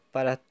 Para